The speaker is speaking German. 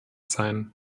sein